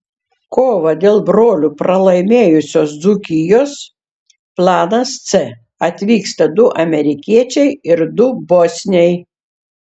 kovą dėl brolių pralaimėjusios dzūkijos planas c atvyksta du amerikiečiai ir du bosniai